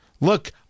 Look